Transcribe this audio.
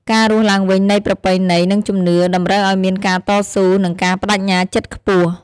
ការរស់ឡើងវិញនៃប្រពៃណី និងជំនឿ តម្រូវឱ្យមានការតស៊ូ និងការប្តេជ្ញាចិត្តខ្ពស់។